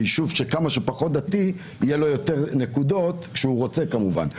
שיישוב שהוא כמה שפחות דתי יהיו לו יותר נקודות כשהוא רוצה כמובן,